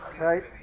right